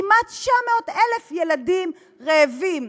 כמעט 900,000 ילדים רעבים.